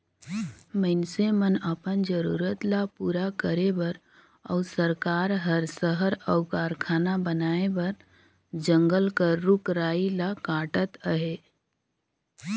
मइनसे मन अपन जरूरत ल पूरा करे बर अउ सरकार हर सहर अउ कारखाना बनाए बर जंगल कर रूख राई ल काटत अहे